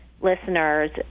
listeners